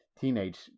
teenage